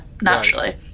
naturally